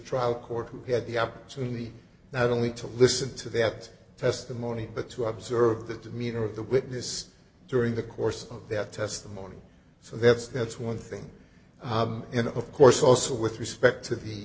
trial court who had the opportunity not only to listen to that testimony but to observe the demeanor of the witness during the course of their testimony so that's that's one thing you know of course also with respect to the